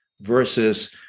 versus